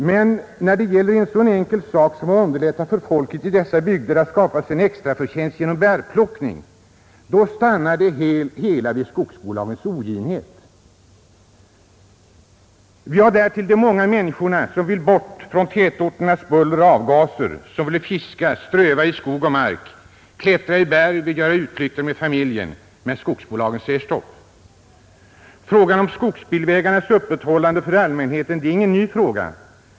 Men när det gäller en så enkel sak som att underlätta för folket i dessa bygder att skapa sig en extraförtjänst genom bärplockning stannar det hela genom skogsbolagens oginhet. Vi har därtill de många människor som vill bort från tätorternas buller och avgaser, som vill fiska, ströva i skog och mark, klättra i berg och göra utflykter med familjen, men skogsbolagen säger stopp. Frågan om skogsbilvägarnas öppethållande för allmänheten är ingen ny fråga.